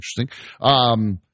Interesting